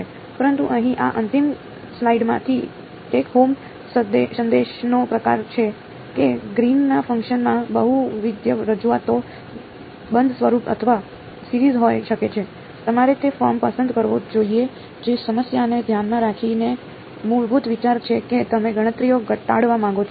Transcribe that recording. પરંતુ અહીં આ અંતિમ સ્લાઇડમાંથી ટેક હોમ સંદેશનો પ્રકાર એ છે કે ગ્રીનના ફંકશનમાં બહુવિધ રજૂઆતો બંધ સ્વરૂપ અથવા સિરીજ હોઈ શકે છે તમારે તે ફોર્મ પસંદ કરવું જોઈએ જે સમસ્યાને ધ્યાનમાં રાખીને મૂળભૂત વિચાર છે કે તમે ગણતરીઓ ઘટાડવા માંગો છો